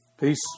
Peace